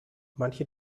manche